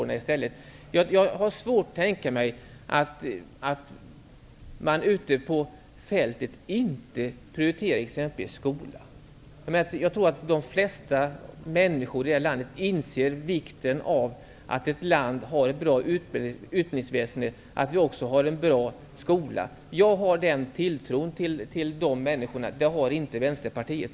Jag har exempelvis svårt att tänka mig att man ute på fältet inte skulle prioritera skolan. Jag tror att de flesta människor här i Sverige inser vikten av att ett land har ett bra utbildningsväsende och en bra skola. Jag har den tilltron till människorna, men det har inte Vänsterpartiet.